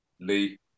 Lee